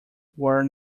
were